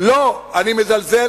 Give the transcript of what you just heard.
אתה מזלזל